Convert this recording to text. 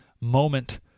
moment